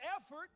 effort